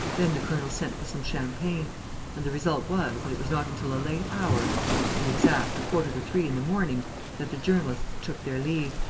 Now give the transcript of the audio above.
then the colonel sent for some champagne and the result was that it was not until a late hour to be exact, a quarter to three in the morning that the journalists took their leave,